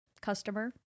customer